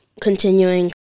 continuing